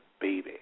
baby